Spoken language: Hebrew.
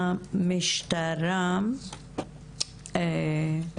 תגידו אתם מי אתם רוצים שידבר בשם המשטרה.